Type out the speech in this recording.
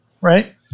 right